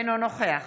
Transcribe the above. אינו נוכח